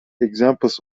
examples